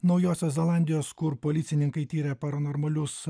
naujosios zelandijos kur policininkai tiria paranormalius